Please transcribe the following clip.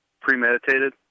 premeditated